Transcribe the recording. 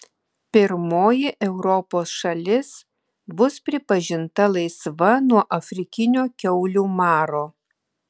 pirmoji europos šalis bus pripažinta laisva nuo afrikinio kiaulių maro